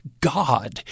God